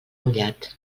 mullat